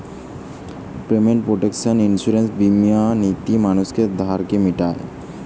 payment protection insurance বীমা নীতি মানুষের ধারকে মিটায়